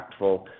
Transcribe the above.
impactful